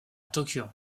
tokyo